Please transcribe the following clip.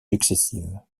successives